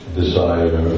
desire